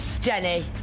Jenny